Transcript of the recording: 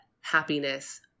happiness